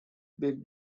big